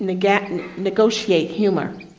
negotiate and negotiate humor,